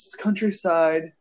Countryside